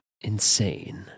insane